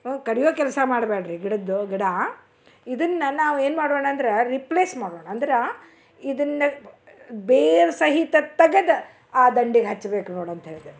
ಕಡಿಯೋ ಕೆಲಸ ಮಾಡ್ಬ್ಯಾಡ್ರಿ ಗಿಡದ್ದು ಗಿಡ ಇದನ್ನ ನಾವು ಏನು ಮಾಡೋಣಂದ್ರ ರಿಪ್ಲೆಸ್ ಮಾಡೋಣ ಅಂದ್ರಾ ಇದನ್ನ ಬೇರೆ ಸಹಿತ ತಗದು ಆ ದಂಡೆಗೆ ಹಚ್ಬೇಕು ನೋಡಿ ಅಂತ ಹೇಳ್ದೆ